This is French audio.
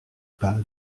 pas